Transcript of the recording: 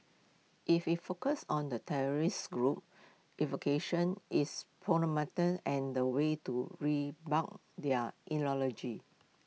if IT focuses on the terrorist group's its and the ways to bunk their